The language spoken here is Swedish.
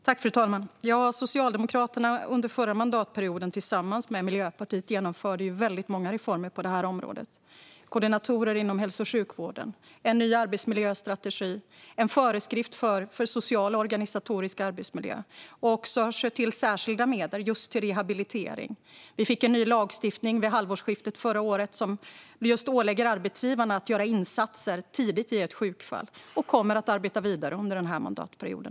Fru talman! Socialdemokraterna genomförde tillsammans med Miljöpartiet många reformer på detta område under den förra mandatperioden: koordinatorer inom hälso och sjukvården, en ny arbetsmiljöstrategi och en föreskrift för social och organisatorisk arbetsmiljö. Vi har skjutit till särskilda medel till rehabilitering. Vi fick en ny lagstiftning vid halvårsskiftet förra året som ålägger arbetsgivarna att göra insatser tidigt i ett sjukfall, och vi kommer att arbeta vidare med detta under mandatperioden.